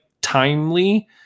timely